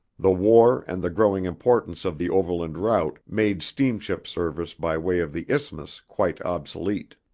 the war and the growing importance of the overland route made steamship service by way of the isthmus quite obsolete.